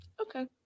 Okay